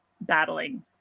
battling